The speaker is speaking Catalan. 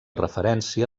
referència